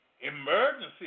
emergency